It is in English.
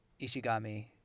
Ishigami